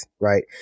right